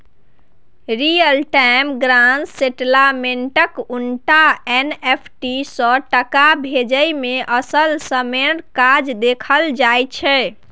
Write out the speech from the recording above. real time gross सेटलमेंटक उनटा NFT सँ टका भेजय मे असल समयक काज देखल जाइ छै